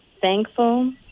thankful